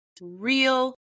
real